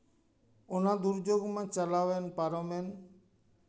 ᱚᱱᱟ ᱫᱩᱨᱡᱳᱜᱽ ᱢᱟ ᱪᱟᱞᱟᱣᱮᱱ ᱯᱟᱨᱚᱢᱮᱱ